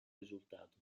risultato